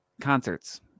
Concerts